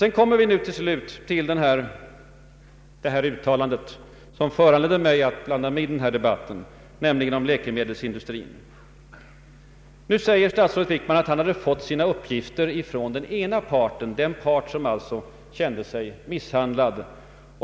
Jag återkommer slutligen till det uttalande som föranledde mig att blanda mig i debatten, nämligen uttalandet om läkemedelsindustrin. Statsrådet Wickman säger att han hade fått sina uppgifter från den ena parten, den part som kände sig misshandlad.